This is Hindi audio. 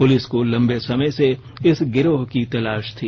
पुलिस को लंबे समय से इस गिरोह की तलाश थी